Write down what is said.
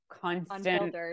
constant